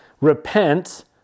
Repent